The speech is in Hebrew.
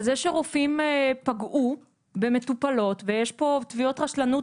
על זה שרופאים פגעו במטופלות ויש פה תביעות רשלנות